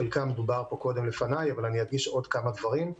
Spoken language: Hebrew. על חלקם דובר פה קודם לפניי אבל אדגיש עוד כמה דברים.